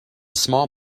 small